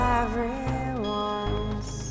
everyone's